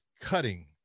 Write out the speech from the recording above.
cutting